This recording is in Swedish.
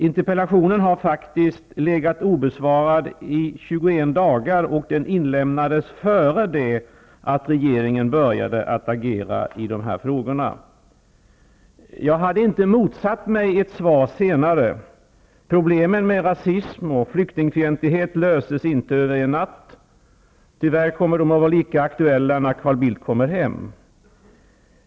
Interpellationen har faktiskt legat obesvarad i 21 dagar och den inlämnades innan regeringen började agera i de här frågorna. Jag hade inte motsatt mig ett svar senare. Problemen med rasism och flyktingfientlighet löses inte över en natt. Tyvärr kommer de att vara lika aktuella, när Carl Bildt kommer hem.